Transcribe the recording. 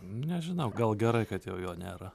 nežinau gal gerai kad jau jo nėra